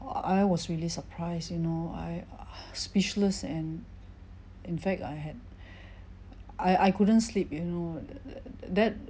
I I was really surprised you know I speechless and in fact I had I I couldn't sleep you know th~ th~ that